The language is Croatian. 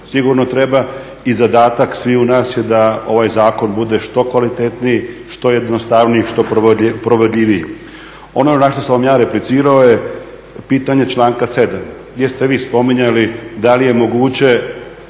Sigurno treba i zadatak svih nas je da ovaj zakon bude što kvalitetniji, što jednostavniji, što provodljiviji. Ono na što sam ja replicirao je pitanje članka 7. gdje ste vi spominjali da li je moguće